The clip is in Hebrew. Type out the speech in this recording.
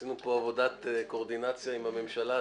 עשינו פה עבודת קואורדינציה עם הממשלה,